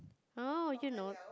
oh you know